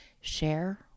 share